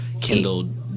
kindled